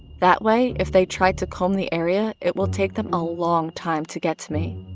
that way if they try to comb the area it will take them a long time to get to me.